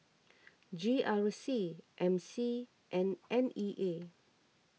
G R C M C and N E A